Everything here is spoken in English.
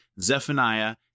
Zephaniah